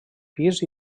pis